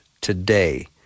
today